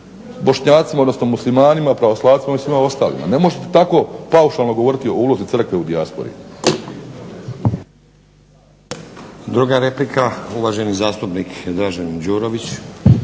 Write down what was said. Bošnjacima, odnosno muslimanima, pravoslavcima i svima ostalima. Ne možete tako paušalno govoriti o ulozi Crkve u dijaspori.